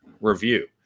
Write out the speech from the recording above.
review